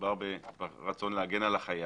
מדובר ברצון להגן על החייב,